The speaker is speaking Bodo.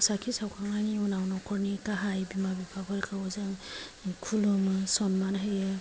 साथि सावखांनायनि उनाव न'खरनि गाहाय बिमा बिफाफोरखौ जों खुलुमो सन्मान होयो